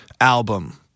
album